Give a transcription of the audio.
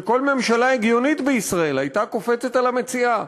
שכל ממשלה הגיונית בישראל הייתה קופצת על המציאה,